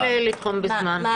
חייבים לתחום בזמן.